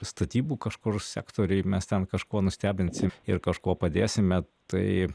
statybų kažkur sektoriuj mes ten kažkuo nustebinsim ir kažkuo padėsime tai